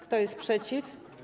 Kto jest przeciw?